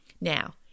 Now